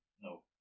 no